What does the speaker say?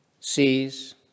sees